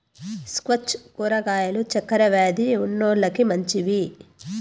squash కూరగాయలు చక్కర వ్యాది ఉన్నోలకి మంచివి